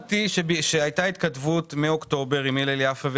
אני הבנתי שהיתה התכתבות מאוקטובר עם הילל יפה,